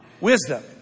Wisdom